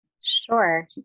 sure